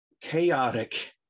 chaotic